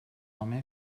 home